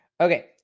okay